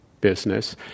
business